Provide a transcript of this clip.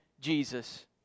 Jesus